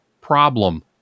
problem